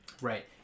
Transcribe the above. Right